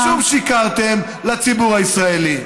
ושוב שיקרתם לציבור הישראלי.